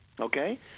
okay